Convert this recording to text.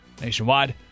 nationwide